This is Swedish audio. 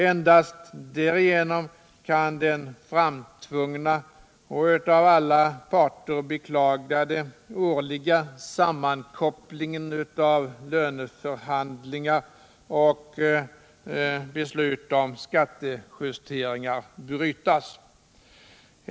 Endast därigenom kan den framtvungna och av alla parter beklagade årliga sammankopplingen av löneförhandlingar och beslut om skattejusteringar brytas.